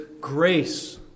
grace